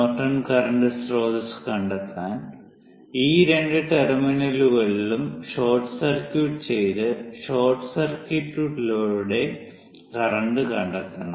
Norton current സ്രോതസ്സ് കണ്ടെത്താൻ ഈ രണ്ട് ടെർമിനലുകളും ഷോർട്ട് സർക്യൂട്ട് ചെയ്ത് ഷോർട്ട് സർക്യൂട്ടിലൂടെ കറന്റ് കണ്ടെത്തണം